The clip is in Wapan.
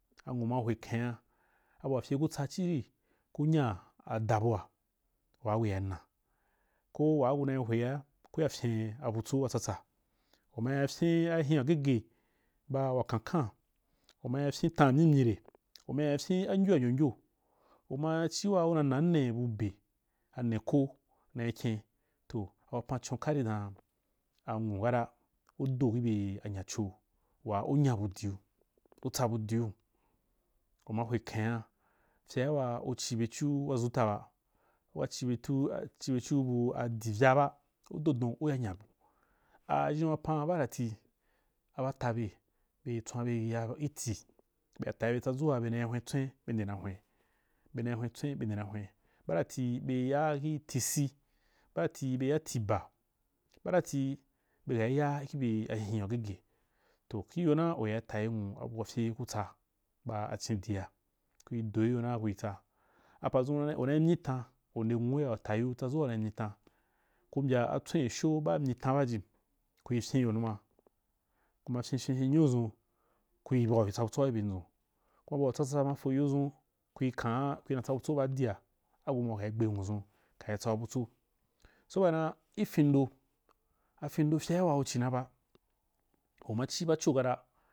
abu wa fye ku tsa ci ri ku nyaa ada bua waa kuri ya nna koh waa kun ai hwea ku ya fyen a butso wa tsa-tsa u mai fyen a lfin wa gege ba wa kyokyo u ma ya fyen atan wa myimyi re u ma yar fyen angyu wa ngyongyo, u ma a waa u na ri nna ne bu be, a nne ko nai kyen toh a wapan con kan dan a nwu kata ku do ki bye a co waa u nya bu chi u tsabu diu, u ma hwe kheria fyea waa u cì byecu waʒuta ba, u ka ci byeu bu adi vya ba u do don u ya myabu a ʒhen wapan badati a ba atabe be tswan be ya gi tii be ya tayi be tsadʒu waa bena hwen tswen ndena nari hwen, bena hwen tswen bende na hwen badati be ya kih tū sũ, ba dati be ya tīi ba badatī be ka ya kih bye ahin wa gege toh kiyo na u tyayi anwu abu wa fye ku tsa ba acindia kuri do gyjo na kuri tsa. Apadʒun u nai myi tan, ku mbya atswen asho baa myi tan baa ji kuri fyenyo numa kuma fyenfyen fye nyunu dʒun kuri bau tsa butʃoa ki bye dʒun kuma bau tsatsa ma fo yoo dʒun ku nai tsa butso ba dia agu ma kuka ri gbe nwu dʒun kai tsagu butso soba na gi fin ndo afin ndo fyea wa ku ci na ba. U ma ci baco kata.